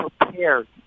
prepared